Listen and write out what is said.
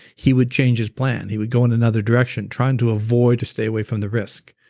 he would change his plan, he would go in another direction, trying to avoid to stay away from the risk.